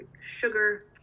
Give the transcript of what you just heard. sugar